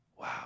Wow